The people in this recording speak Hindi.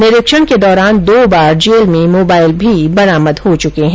निरीक्षण के दौरान दो बार जेल में मोबाइल भी बरामद हो चुके हैं